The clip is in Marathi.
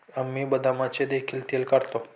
आम्ही बदामाचे देखील तेल काढतो